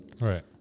right